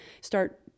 start